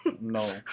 No